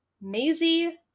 Maisie